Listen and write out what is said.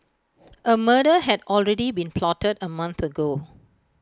A murder had already been plotted A month ago